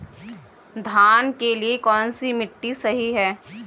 धान के लिए कौन सी मिट्टी सही है?